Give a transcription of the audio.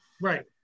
Right